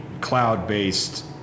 cloud-based